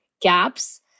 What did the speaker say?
gaps